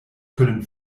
können